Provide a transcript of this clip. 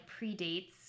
predates